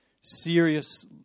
serious